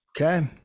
Okay